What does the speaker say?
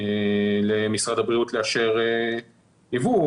למשרד הבריאות לאשר ייבוא,